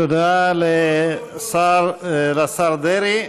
תודה לשר דרעי.